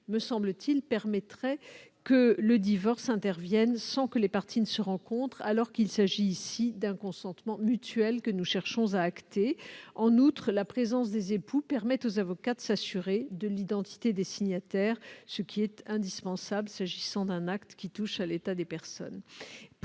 me semble-t-il, que le divorce intervienne sans que les parties se rencontrent, alors qu'il s'agit d'un consentement mutuel que nous cherchons à acter. En outre, la présence des époux permet aux avocats de s'assurer de l'identité des signataires, ce qui est indispensable s'agissant d'un acte qui touche à l'état des personnes.